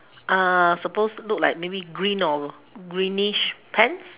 uh suppose look like maybe green or greenish pants